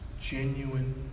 Genuine